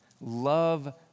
Love